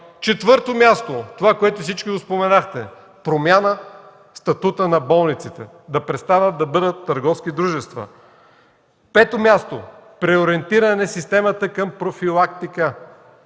четвърто място – това, което всички споменахте – промяна в статута на болниците, да престанат да бъдат търговски дружества. На пето място, преориентиране на системата към профилактика.